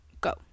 Go